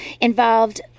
involved